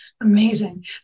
Amazing